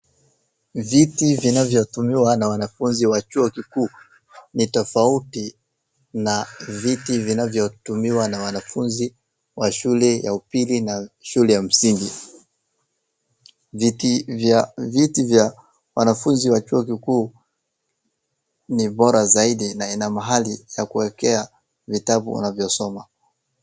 Viti vinavyo tumiwa na wanafunzi wa chuo kikuu ni tofauti na viti vinavyo tumiwa na wanafunzi wa shule ya upili na shule ya msingi. Viti vya wanafunzi wa chuo kikuu ni bora zaidi na ina mahali za kuwekea vitabu unavyosoma.